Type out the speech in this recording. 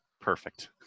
perfect